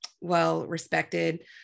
well-respected